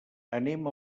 anem